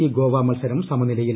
C Goa മത്സരം സമനിലയിൽ